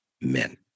men